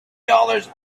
dollars